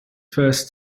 first